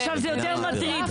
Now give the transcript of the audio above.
עכשיו זה יותר מטריד,